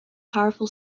powerful